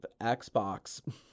Xbox